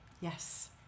Yes